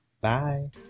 bye